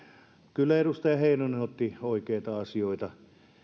kyllä edustaja heinonen otti oikeita asioita esille ja